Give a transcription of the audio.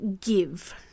give